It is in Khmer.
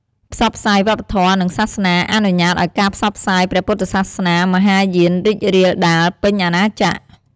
ផ្សព្វផ្សាយវប្បធម៌ និងសាសនា អនុញ្ញាតឲ្យការផ្សព្វផ្សាយព្រះពុទ្ធសាសនាមហាយានរីករាលដាលពេញអាណាចក្រ។